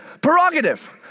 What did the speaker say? Prerogative